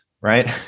right